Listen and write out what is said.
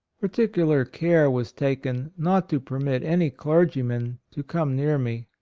particular care was taken not to permit any clergyman to come near me.